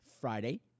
Friday